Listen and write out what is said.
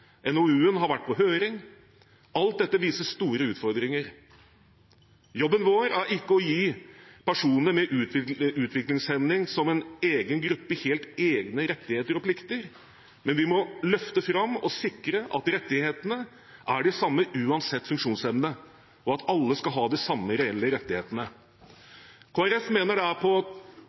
NOU-en har vært på høring. Alt dette viser store utfordringer. Jobben vår er ikke å gi personer med utviklingshemning som en egen gruppe helt egne rettigheter og plikter, men vi må løfte fram og sikre at rettighetene er de samme uansett funksjonsevne, og at alle skal ha de samme reelle rettighetene. Kristelig Folkeparti mener det er på